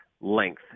length